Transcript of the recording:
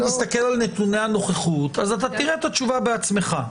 אם תסתכל על נתוני הנוכחות אז תראה את התשובה בעצמך,